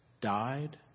died